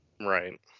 Right